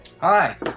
Hi